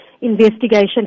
investigation